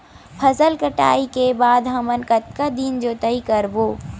फसल कटाई के बाद हमन कतका दिन जोताई करबो?